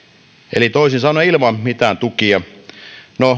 eli toisin sanoen ilman mitään tukia no